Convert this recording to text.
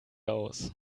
aus